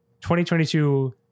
2022